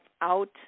out